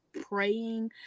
praying